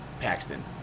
Paxton